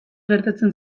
gertatzen